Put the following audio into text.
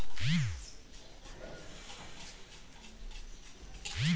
ಎಲಿ ತಿನ್ನ ಹುಳ ಜಮೀನದಾಗ ಕಾಣಸ್ಯಾವ, ಈಗ ಯಾವದರೆ ಔಷಧಿ ಹೋಡದಬಿಡಮೇನ?